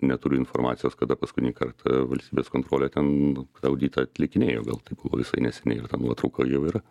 neturiu informacijos kada paskutinį kartą valstybės kontrolė ten auditą atlikinėjo gal tai buvo visai neseniai ir ta nuotrauka jau yra